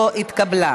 לא התקבלה.